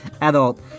adult